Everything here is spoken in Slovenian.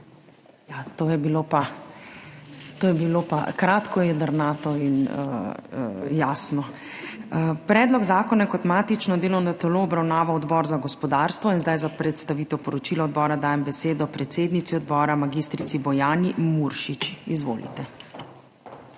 pa je bilo kratko, jedrnato in jasno. Predlog zakona je kot matično delovno telo obravnaval Odbor za gospodarstvo. Za predstavitev poročila odbora dajem besedo predsednici odbora mag. Bojani Muršič. Izvolite.